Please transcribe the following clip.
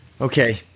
Okay